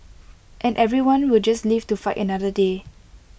and everyone will just live to fight another day